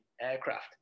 aircraft